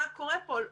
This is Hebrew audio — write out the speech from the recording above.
מה קורה פה?